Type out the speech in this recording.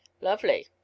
lovely